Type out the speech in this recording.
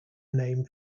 name